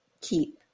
keep